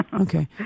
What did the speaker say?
Okay